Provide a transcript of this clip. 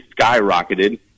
skyrocketed